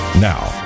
Now